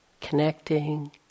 connecting